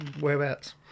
Whereabouts